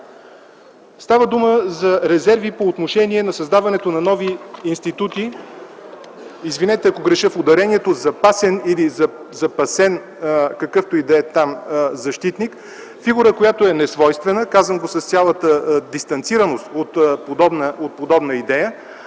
Става дума за резерви по отношение на създаването на нови институти – извинете, ако греша в ударението „запа+сен” или „запасе+н”, какъвто и да е там защитник. Фигура, която е несвойствена – казвам го с цялата дистанцираност от подобна идея,